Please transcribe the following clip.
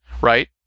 right